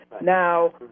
now